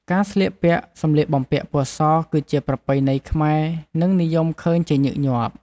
ការស្លៀកពាក់សម្លៀកបំពាក់ពណ៌សគឺជាប្រពៃណីខ្មែរនិងនិយមឃើញជាញឹកញាប់។